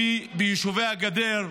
ביישובי הגדר,